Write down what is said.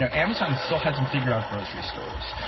ah amazon still hasn't figured out grocery stores.